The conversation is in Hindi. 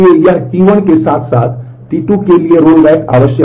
इसलिए यह T1 के साथ साथ T2 के लिए रोलबैक आवश्यक है